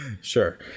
Sure